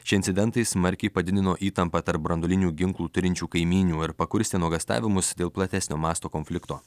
šie incidentai smarkiai padidino įtampą tarp branduolinių ginklų turinčių kaimynių ir pakurstė nuogąstavimus dėl platesnio masto konflikto